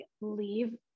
leave